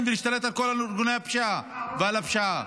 ולהשתלט על כל ארגוני הפשיעה ועל הפשיעה.